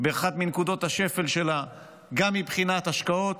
באחת מנקודות השפל שלה גם מבחינת השקעות